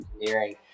engineering